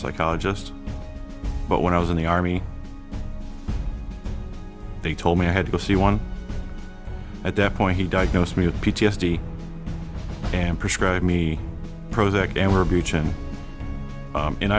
psychologist but when i was in the army they told me i had to go see one at that point he diagnosed me with p t s d and prescribed me prozac and